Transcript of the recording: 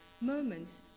moments